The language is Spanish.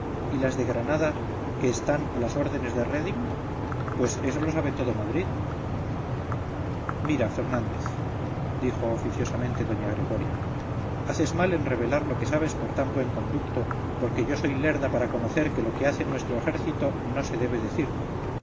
y las de granada que están a las órdenes de reding pues eso lo sabe todo madrid mira fernández dijo oficiosamente doña gregoria haces mal en revelar lo que sabes por tan buen conducto porque yo no soy lerda para conocer que lo que hace nuestro ejército no se debe decir